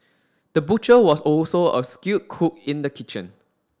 the butcher was also a skilled cook in the kitchen